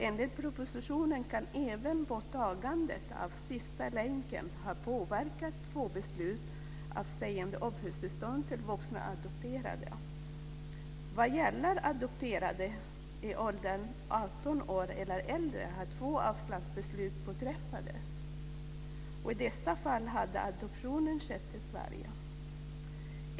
Enligt propositionen kan även borttagandet av sista-länken-bestämmelsen ha påverkat två beslut avseende uppehållstillstånd till vuxna adopterade. Vad gäller adopterade i åldern 18 år eller äldre har två avslagsbeslut påträffats. I dessa fall hade adoptionen skett i Sverige.